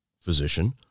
physician